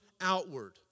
outward